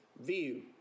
view